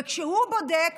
וכשהוא בודק,